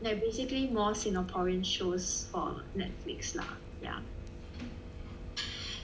there are basically more singaporean shows for Netflix lah yeah